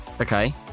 okay